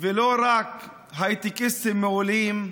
ולא רק הייטקיסטים מעולים,